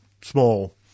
small